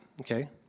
Okay